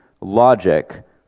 logic